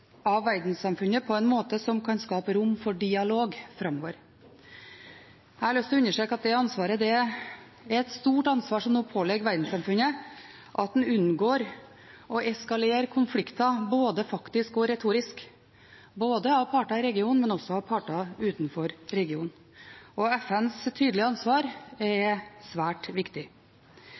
av verdenssamfunnet på en måte som kan skape rom for dialog framover. Jeg har lyst til å understreke at det er et stort ansvar som nå påligger verdenssamfunnet, at en unngår å eskalere konflikter både faktisk og retorisk, både parter i regionen og parter utenfor regionen. Og FNs tydelige ansvar er svært viktig.